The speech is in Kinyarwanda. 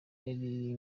yari